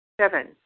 Seven